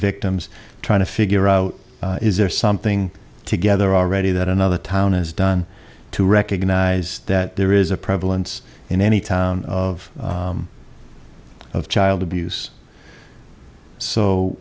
victims trying to figure out is there something together already that another town is done to recognize that there is a prevalence in any town of of child abuse